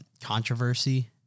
controversy